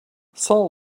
saul